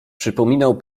przypominał